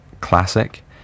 classic